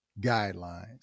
guidelines